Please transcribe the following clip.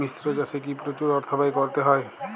মিশ্র চাষে কি প্রচুর অর্থ ব্যয় করতে হয়?